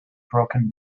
broken